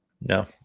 No